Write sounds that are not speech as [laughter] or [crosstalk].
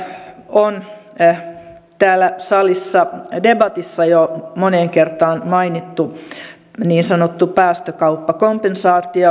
on täällä salissa debatissa jo moneen kertaan mainittu niin sanottu päästökauppakompensaatio [unintelligible]